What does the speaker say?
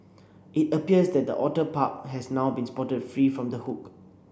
it appears that the otter pup has now been spotted free from the hook